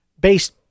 based